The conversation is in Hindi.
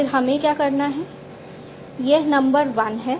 फिर हमें क्या करना है यह नंबर 1 है